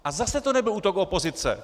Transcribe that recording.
A zase to nebyl útok opozice.